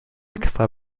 extra